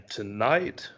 tonight